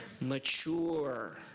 Mature